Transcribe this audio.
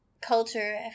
culture